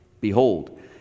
behold